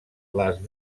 les